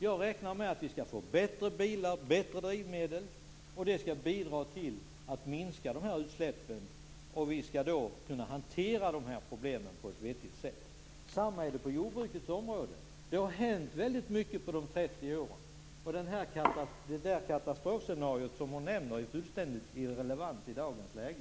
Jag räknar med att vi skall få bättre bilar och bättre drivmedel, vilket skall bidra till att minska utsläppen. Därigenom skall vi kunna hantera de här problemen på ett vettigt sätt. Samma sak är det på jordbrukets område. Det har hänt väldigt mycket på 30 år. Det katastrofscenario som hon tar upp är fullständigt irrelevant i dagens läge.